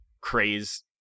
craze